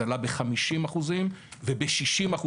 זה עלה ב-50% וב-60%.